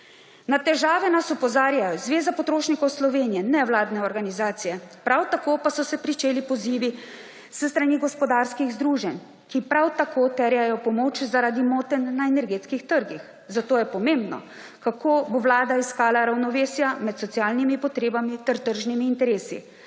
Na težave nas opozarjajo Zveza potrošnikov Slovenije, nevladne organizacije, prav tako pa so se pričeli pozivi s strani gospodarskih združenj, ki prav tako terjajo pomoč zaradi motenj na energetskih trgih, zato je pomembno, kako bo vlada iskala ravnovesja med socialnimi potrebami ter tržnimi interesi.